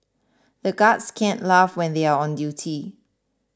the guards can't laugh when they are on duty